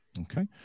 Okay